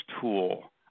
tool